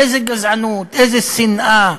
איזה גזענות, איזה שנאה.